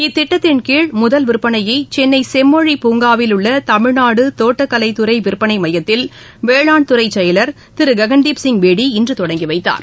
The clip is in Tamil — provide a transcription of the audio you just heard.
இத்திட்டத்தின்கீழ் விற்பனையைசென்னைசெம்மொழி பூங்காவில் முதல் உள்ளதமிழ்நாடுதோட்டக்கலைத் துறைவிற்பனைமயத்தில் வேளாண் துறைசெயலர் திருக்கன்தீப் சிங் பேடி இன்றுதொடங்கிவைத்தார்